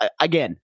Again